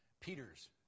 Peter's